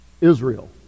Israel